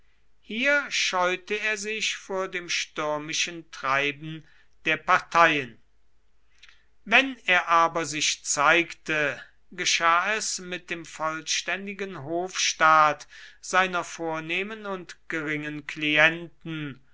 hier scheute er sich vor dem stürmischen treiben der parteien wenn er aber sich zeigte geschah es mit dem vollständigen hofstaat seiner vornehmen und geringen klienten